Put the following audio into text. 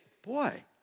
boy